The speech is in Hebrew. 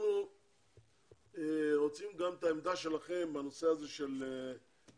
אנחנו רוצים לקבל את העמדה שלכם בנושא הזה של השכירות.